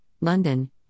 London